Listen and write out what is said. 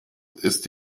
ist